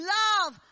love